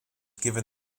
given